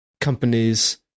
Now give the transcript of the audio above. companies